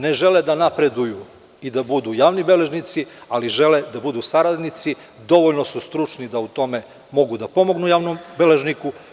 Ne žele da napreduju i da budu javni beležnici, ali žele da budu saradnici, dovoljno su stručni da u tome mogu da pomognu javnom beležniku.